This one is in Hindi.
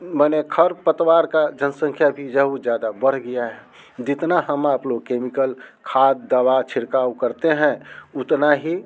माने खर पतवार की जनसंख्या भी जहू ज़्यादा बढ़ गया है जितना हम आप लोग केमिकल खाद दवा छिड़काव करते हैं उतना ही